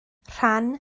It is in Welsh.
rhan